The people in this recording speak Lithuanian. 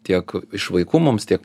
tiek iš vaikų mums tiek